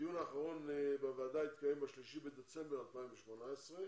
הדיון האחרון בוועדה התקיים ב-3 בדצמבר 2018,